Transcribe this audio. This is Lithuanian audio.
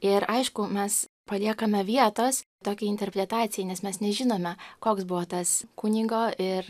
ir aišku mes paliekame vietos tokiai interpretacijai nes mes nežinome koks buvo tas kunigo ir